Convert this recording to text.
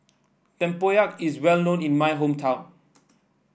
Tempoyak is well known in my hometown